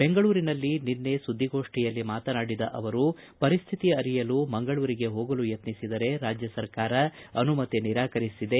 ಬೆಂಗಳೂರಿನಲ್ಲಿ ನಿನ್ನೆ ಸುದ್ದಿಗೋಷ್ಠಿಯಲ್ಲಿ ಮಾತನಾಡಿದ ಅವರು ಪರಿಸ್ಟಿತಿ ಅರಿಯಲು ಮಂಗಳೂರಿಗೆ ಹೋಗಲು ಯತ್ನಿಸಿದರೆ ರಾಜ್ಯ ಸರ್ಕಾರ ಅನುಮತಿ ನಿರಾಕರಿಸಿದೆ